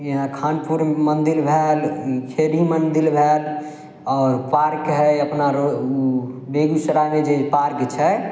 यहाँ खानपुर मन्दिर भेल फिर ई मन्दिर भेल आओर पार्क हइ अपना बेगूसरायमे जे पार्क छै